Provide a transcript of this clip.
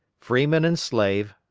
freeman and slave,